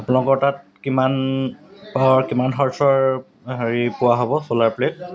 আপোনালোকৰ তাত কিমান পাৱাৰ কিমান হৰ্চৰ হেৰি পোৱা হ'ব চ'লাৰ প্লেট